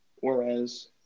whereas